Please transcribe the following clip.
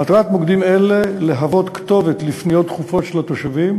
מטרת מוקדים אלה היא להוות כתובת לפניות דחופות של התושבים,